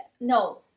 no